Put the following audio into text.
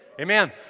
Amen